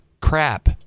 crap